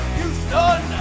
Houston